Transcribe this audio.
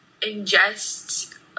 ingest